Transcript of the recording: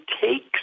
takes